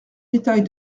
détails